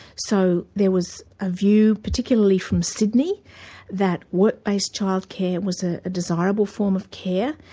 so there was a view, particularly from sydney that work based childcare was ah a desirable form of care,